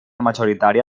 majoritària